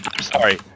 sorry